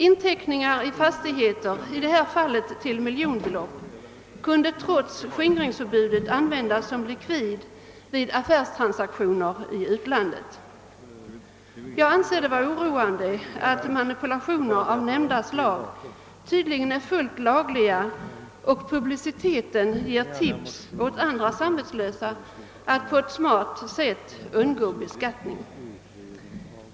Inteckningar i fastigheter, i det här fallet uppgående till miljonbelopp, kunde trots skingringsförbudet användas som likvid vid affärstransaktioner i utlandet. Jag anser det oroande att manipulationer av nämnda slag tydligen är fullt lagliga. Publiciteten ger dessutom tips åt andra samvetslösa hur de på ett smart sätt kan undgå beskattning.